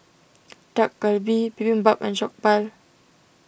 Dak Galbi Bibimbap and Jokbal